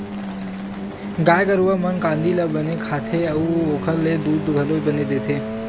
गाय गरूवा मन कांदी ल बने खाथे अउ ओखर ले दूद घलो बने देथे